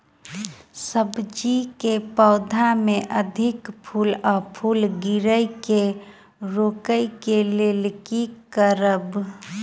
सब्जी कऽ पौधा मे अधिक फूल आ फूल गिरय केँ रोकय कऽ लेल की करब?